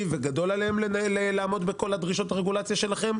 וגדול עליהם לעמוד בכל דרישות הרגולציה שלכם,